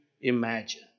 imagine